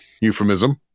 euphemism